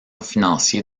financier